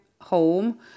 home